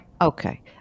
Okay